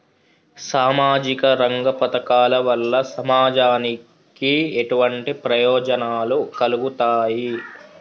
సామాజిక రంగ పథకాల వల్ల సమాజానికి ఎటువంటి ప్రయోజనాలు కలుగుతాయి?